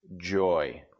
joy